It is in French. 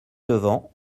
levant